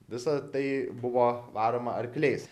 visa tai buvo varoma arkliais